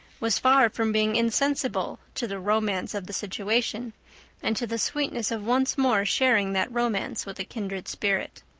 was far from being insensible to the romance of the situation and to the sweetness of once more sharing that romance with a kindred spirit.